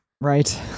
Right